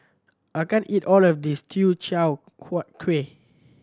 I can't eat all of this Teochew Huat Kueh